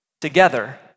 together